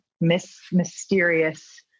mysterious